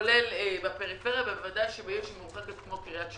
כולל בפריפריה ובוודאי בעיר מיוחדת כמו קריית שמונה.